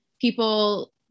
people